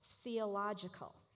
theological